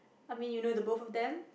I mean you know the both of them